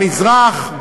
במזרח,